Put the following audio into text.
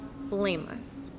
blameless